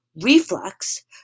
reflux